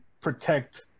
protect